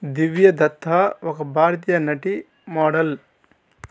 దివ్యదత్తా ఒక భారతీయ నటి మోడల్